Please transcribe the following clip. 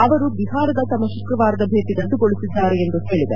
ಅವರು ಬಿಹಾರದ ತಮ್ಮ ಶುಕ್ರವಾರದ ಭೇಟಿಯನ್ನು ರದ್ದುಗೊಳಿಸಿದ್ದಾರೆ ಎಂದು ಹೇಳಿದೆ